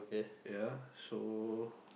yea so